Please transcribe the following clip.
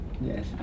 Yes